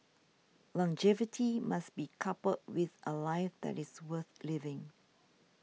longevity must be coupled with a life that is worth living